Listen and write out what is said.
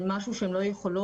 לגבי משהו שהן לא יכולות,